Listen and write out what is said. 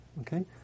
Okay